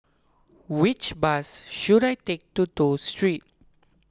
which bus should I take to Toh Street